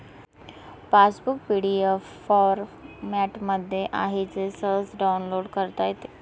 passbook PDF फॉरमॅटमध्ये आहे जे सहज डाउनलोड करता येते